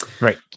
Right